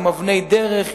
עם אבני דרך,